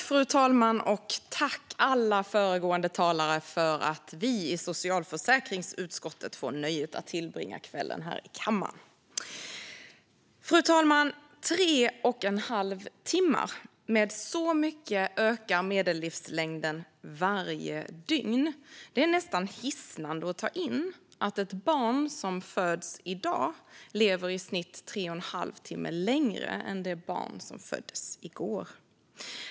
Fru talman! Tack, alla föregående talare, för att vi i socialförsäkringsutskottet får nöjet att tillbringa kvällen här i kammaren! Fru talman! Tre och en halv timme - med så mycket ökar medellivslängden varje dygn. Det är nästan hisnande att ta in att ett barn som föds i dag lever i snitt tre och en halv timme längre än ett barn som föddes i går.